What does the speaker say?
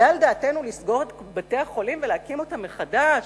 עולה על דעתנו לסגור את בתי-החולים ולהקים אותם מחדש?